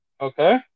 Okay